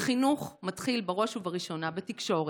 וחינוך מתחיל בראש ובראשונה בתקשורת,